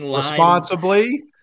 Responsibly